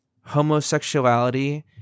homosexuality